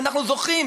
אנחנו זוכים.